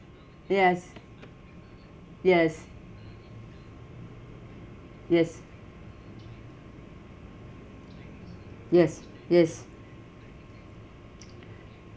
yes yes yes yes yes